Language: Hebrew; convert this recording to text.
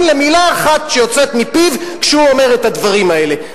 למלה אחת שיוצאת מפיו כשהוא אומר את הדברים האלה.